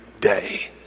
day